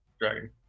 dragon